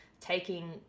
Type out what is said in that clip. taking